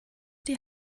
die